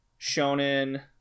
shonen